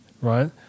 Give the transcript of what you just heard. right